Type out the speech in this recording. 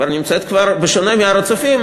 בשונה מהר-הצופים,